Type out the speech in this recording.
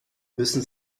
müssen